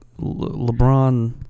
LeBron